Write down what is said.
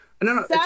No